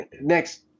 next